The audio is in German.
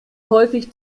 häufig